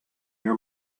near